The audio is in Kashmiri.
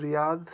رِیاض